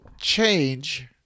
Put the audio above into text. change